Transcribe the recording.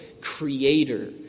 creator